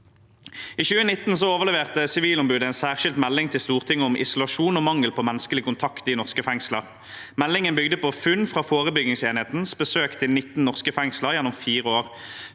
I 2019 overleverte Sivilombudet en særskilt melding til Stortinget om isolasjon og mangel på menneskelig kontakt i norske fengsler. Meldingen bygde på funn fra forebyggingsenhetens besøk til 19 norske fengsler gjennom fire år.